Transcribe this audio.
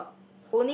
uh